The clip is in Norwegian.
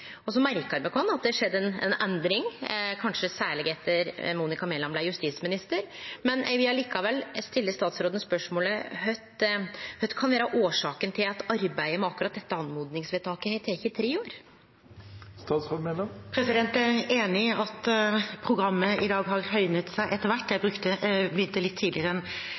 at det er skjedd ei endring, kanskje særleg etter at Monica Mæland blei justisminister, men eg vil likevel stille statsråden spørsmålet: Kva kan vere årsaka til at arbeidet med akkurat dette oppmodingsvedtaket har teke tre år? Jeg er enig i at programmet i dag har høynet seg etter hvert. Jeg begynte litt tidligere enn